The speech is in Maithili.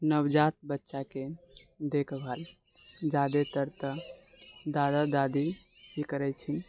नवजात बच्चाके देखभाल ज्यादातर तऽ दादा दादी ही करै छी